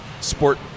sport